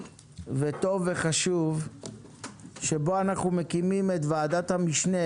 טוב וחשוב שבו אנחנו מקימים את ועדת המשנה